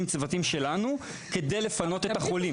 יש אמבולנסים שרבים עם צוותים שלנו כדי לפנות את החולים.